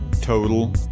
Total